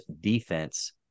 defense